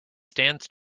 stands